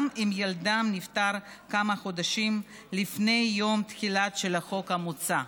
אם ילדם נפטר כמה חודשים לפני יום התחילה של החוק המוצע.